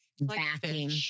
backing